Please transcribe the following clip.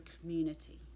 community